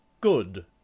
Good